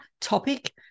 topic